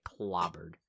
clobbered